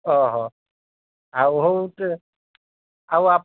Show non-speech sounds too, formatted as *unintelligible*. ଓଃହ ଆଉ ହେଉଛି ଆଉ *unintelligible*